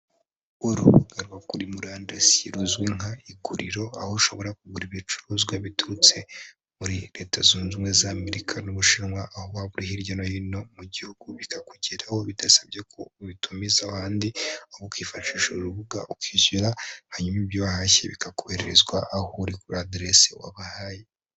Urubuga rwo kuri murandasi, ruzwi nka Iguriro, aho ushobora kugura ibicuruzwa biturutse muri leta zunze ubumwe z'Amerika n'Ubushinwa, aho waba uri hirya no hino mu gihugu bikakugeraho bidasabye ko ubitumiza ahandi, ukifashisha uru rubuga ukishyura, hanyuma ibyo wahashye bikorezwa aho uri kuri aderese wabahaye.